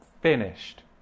finished